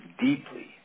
deeply